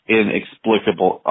inexplicable